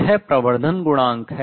यह प्रवर्धन गुणक है